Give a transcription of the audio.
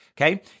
Okay